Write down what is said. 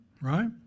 Right